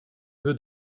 vœu